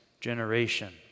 generation